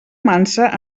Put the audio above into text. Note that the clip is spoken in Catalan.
mansa